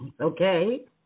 okay